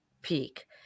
peak